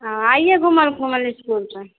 अब आइए घूमते घूमते इस्कूल पर